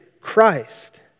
Christ